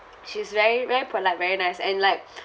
she's very very polite very nice and like